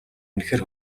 үнэхээр